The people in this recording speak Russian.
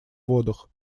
водах